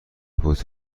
بود